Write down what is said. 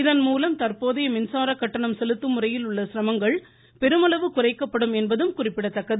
இதன்மூலம் தற்போதைய மின்சாரக்கட்டணம் செலுத்தும் முறையில் உள்ள சிரமங்கள் பெருமளவு குறைக்கப்படும் என்பதும் குறிப்பிடத்தக்கது